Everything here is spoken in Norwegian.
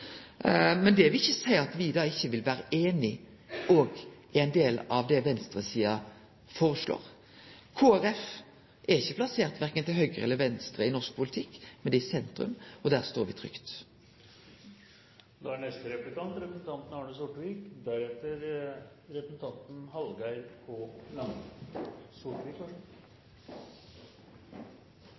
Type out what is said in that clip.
Men det vil ikkje seie at me ikkje òg vil vere einige i ein del av det venstresida foreslår. Kristeleg Folkeparti er ikkje plassert verken til høgre eller til venstre i norsk politikk, men i sentrum – og der står me trygt.